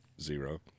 Zero